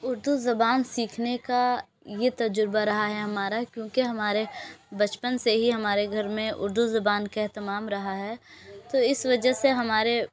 اردو زبان سیکھنے کا یہ تجربہ رہا ہے ہمارا کیونکہ ہمارے بچپن سے ہی ہمارے گھر میں اردو زبان کا اہتمام رہا ہے تو اس وجہ سے ہمارے